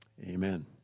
Amen